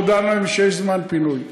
אנחנו הודענו להם שיש זמן פינוי,